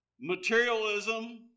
materialism